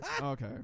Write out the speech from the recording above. Okay